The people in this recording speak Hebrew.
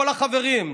כל החברים?